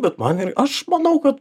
bet man ir aš manau kad